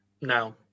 No